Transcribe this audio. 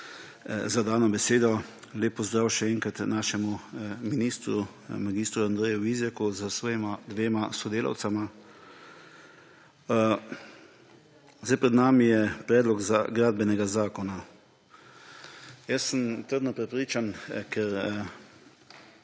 za dano besedo. Lep pozdrav še enkrat našemu ministru mag. Andreju Vizjaku s svojima dvema sodelavcema! Pred nami je Predlog gradbenega zakona. Jaz sem trdno prepričan, ker